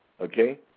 Okay